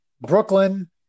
Brooklyn